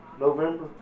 November